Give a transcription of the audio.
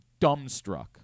dumbstruck